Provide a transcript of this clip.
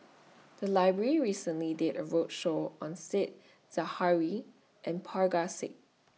The Library recently did A roadshow on Said Zahari and Parga Singh